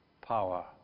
power